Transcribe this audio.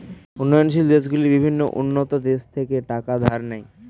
উন্নয়নশীল দেশগুলি বিভিন্ন উন্নত দেশ থেকে টাকা ধার নেয়